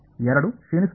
ಎರಡೂ ಕ್ಷೀಣಿಸುತ್ತಿದೆ